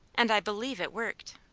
and i believe it worked.